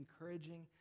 encouraging